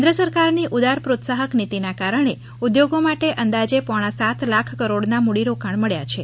કેન્દ્ર સરકારની ઉદાર પ્રોત્સાહક નિતિના કારણે ઉદ્યોગો માટે અંદાજે પોણા સાત લાખ કરોડના મૂડીરોકાણ મળ્યા છે